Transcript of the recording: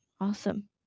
Awesome